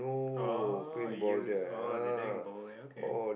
oh you oh they're doing bowling okay